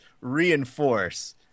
reinforce